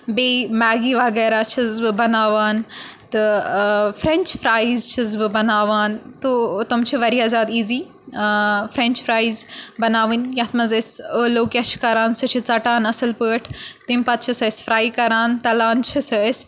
بیٚیہِ میگی وغیرہ چھَس بہٕ بَناوان تہٕ فرینٛچ فرایز چھَس بہٕ بَناوان تو تم چھِ واریاہ زیادٕ ایٖزی فرینچ فرایِز بَناوٕنۍ یَتھ منٛز أسۍ ٲلو کیاہ چھِ کران سُہ چھِ ژَٹان اَصٕل پٲٹھۍ تمہِ پَتہٕ چھِ سُہ أسۍ فراے کران تَلان چھِ سُہ أسۍ